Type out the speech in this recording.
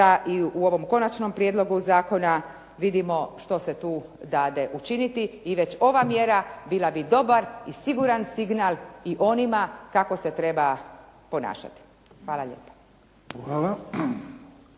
i u ovom konačnom prijedlogu zakona vidimo što se tu dade učiniti i već ova mjera bila bi dobar i siguran signal i onima kako se treba ponašati. Hvala lijepa.